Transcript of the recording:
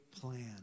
plan